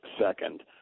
second